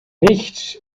nicht